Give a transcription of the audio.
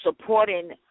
supporting